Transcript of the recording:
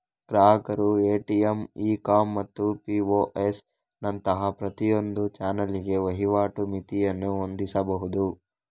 ಗ್ರಾಹಕರು ATM, e com ಮತ್ತು POS ನಂತಹ ಪ್ರತಿಯೊಂದು ಚಾನಲಿಗೆ ವಹಿವಾಟು ಮಿತಿಯನ್ನು ಹೊಂದಿಸಬಹುದು